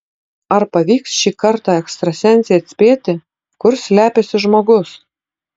ar pavyks šį kartą ekstrasensei atspėti kur slepiasi žmogus